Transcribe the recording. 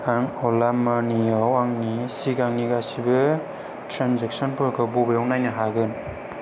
आं अला मानि आव आंनि सिगांनि गासिबो ट्रेन्जेक्सनफोरखौ बबेआव नायनो हागोन